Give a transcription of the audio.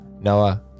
Noah